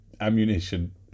ammunition